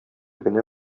генә